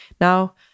Now